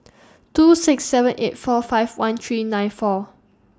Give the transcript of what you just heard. two six seven eight four five one three nine four